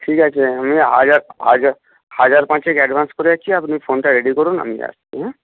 ঠিক আছে আমি হাজার হাজার হাজার পাঁচেক অ্যাডভানস করে যাচ্ছি আপনি ফোনটা রেডি করুন আমি যাচ্ছি হ্যাঁ